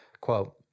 Quote